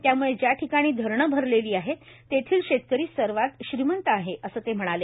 त्यामुळे ज्या ठिकाणी धरणे भरलेली आहेत तेथील शेतकरी सर्वात श्रीमंत आहे असे ते म्हणाले